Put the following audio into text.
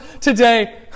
today